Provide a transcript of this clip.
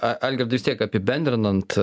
algirdai vis tiek apibendrinant